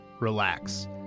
relax